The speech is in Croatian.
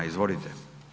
Izvolite.